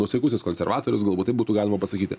nuosaikusis konservatorius galbūt taip būtų galima pasakyti